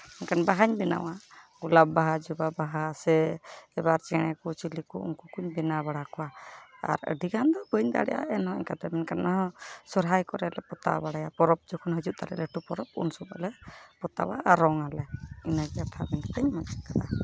ᱮᱱᱠᱷᱟᱱ ᱵᱟᱦᱟᱧ ᱵᱮᱱᱟᱣᱟ ᱜᱳᱞᱟᱯ ᱵᱟᱦᱟ ᱡᱚᱵᱟ ᱵᱟᱦᱟ ᱥᱮ ᱮᱵᱟᱨ ᱪᱮᱬᱮ ᱠᱚ ᱪᱤᱞᱤ ᱠᱚ ᱩᱱᱠᱩ ᱠᱚᱧ ᱵᱮᱱᱟᱣ ᱵᱟᱲᱟ ᱠᱚᱣᱟ ᱟᱨ ᱟᱹᱰᱤᱜᱟᱱ ᱫᱚ ᱵᱟᱹᱧ ᱫᱟᱲᱮᱭᱟᱜᱼᱟ ᱮᱱᱦᱚᱸ ᱤᱱᱠᱟᱛᱮ ᱚᱱᱟᱦᱚᱸ ᱥᱚᱨᱦᱟᱭ ᱠᱚᱨᱮᱞᱮ ᱯᱚᱛᱟᱣ ᱵᱟᱲᱟᱭᱟ ᱯᱚᱨᱚᱵᱽ ᱡᱚᱠᱷᱚᱱ ᱦᱤᱡᱩᱜ ᱛᱟᱞᱮᱭᱟ ᱞᱟᱹᱴᱩ ᱯᱚᱨᱚᱵᱽ ᱩᱱ ᱥᱚᱢᱚᱭᱞᱮ ᱯᱚᱛᱟᱣᱟ ᱟᱨ ᱨᱚᱝ ᱟᱞᱮ ᱤᱱᱟᱹᱜᱮ